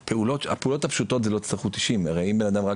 הפעולות הפשוטות לא יצטרכו 90. הרי אם בן אדם רק